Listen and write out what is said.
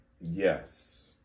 Yes